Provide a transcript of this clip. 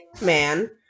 man